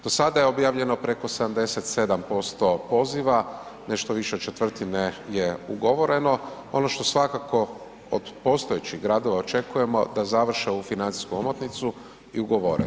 Do sada je objavljeno preko 77% poziva, nešto više od četvrtine je ugovoreno, ono što svakako od postojećih gradova očekujemo, da završe ovu financijsku omotnicu i ugovore.